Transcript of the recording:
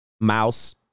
Mouse